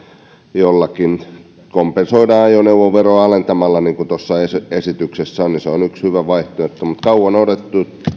jollakin kompensoidaan ajoneuvoveroa alentamalla niin kuin tuossa esityksessä on se on yksi hyvä vaihtoehto kauan odotettu